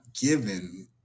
given